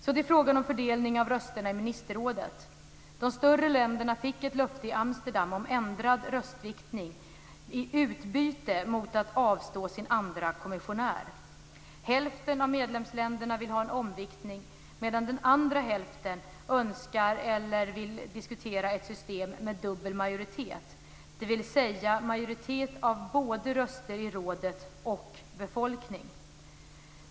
Så till frågan om fördelning av rösterna i ministerrådet. De större länderna fick ett löfte i Amsterdam om ändrad röstviktning i utbyte mot att avstå sin andra kommissionär. Hälften av medlemsländerna vill ha en omviktning, medan den andra hälften önskar eller vill diskutera ett system med dubbel majoritet, dvs. majoritet av både röster i rådet och befolkning.